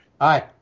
Hi